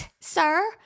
sir